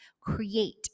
create